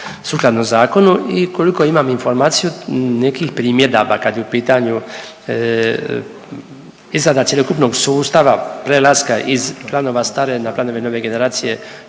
sukladno zakonu i koliko imam informaciju, nekih primjedaba, kad je u pitanju izrada cjelokupnog sustava prelaska iz planova stare na planove nove generacije,